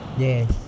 yes